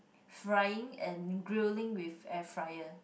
frying and grilling with air fryer